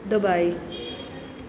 Dubai